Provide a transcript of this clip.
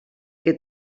que